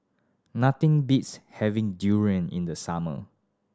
nothing beats having durian in the summer